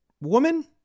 woman